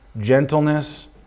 gentleness